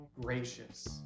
gracious